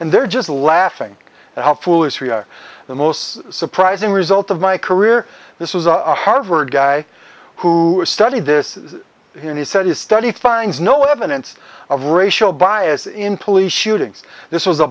and they're just laughing at how foolish we are the most surprising result of my career this was a harvard guy who studied this and he said his study finds no evidence of racial bias in police